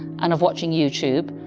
and of watching youtube